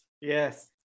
yes